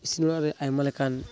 ᱤᱥᱤᱱ ᱚᱲᱟᱜ ᱨᱮ ᱟᱭᱢᱟ ᱞᱮᱠᱟᱱ